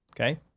okay